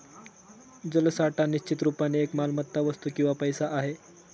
जलसाठा निश्चित रुपाने एक मालमत्ता, वस्तू किंवा पैसा आहे